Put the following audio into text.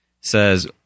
says